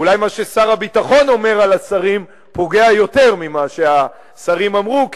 אולי מה ששר הביטחון אומר על השרים פוגע יותר ממה שהשרים אמרו,